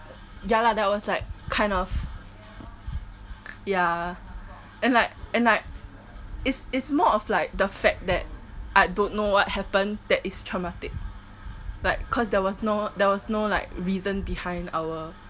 ya lah that's was like kind of ya and like and like it's it's more of like the fact that I don't know what happened that is traumatic like cause there was no there was no like reason behind our